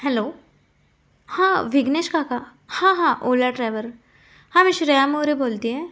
hello हां विघ्नेश काका हां हां ओला ड्रॅवर हां मी श्रेया मोरे बोलत आहे